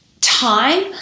time